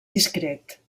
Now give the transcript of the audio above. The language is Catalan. discret